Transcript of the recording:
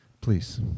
Please